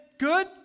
Good